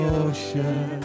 ocean